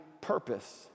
purpose